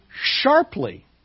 sharply